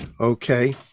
Okay